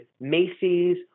Macy's